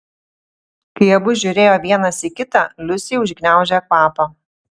kai abu žiūrėjo vienas į kitą liusei užgniaužė kvapą